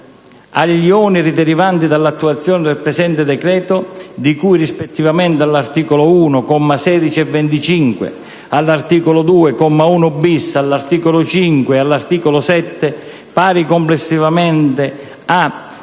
maggiori spese derivanti dall'attuazione del presente decreto, di cui, rispettivamente, all'articolo 1 commi 16 e 25, all'articolo 2 comma 1, all'articolo 5 e all'articolo 7, pari complessivamente a